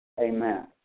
Amen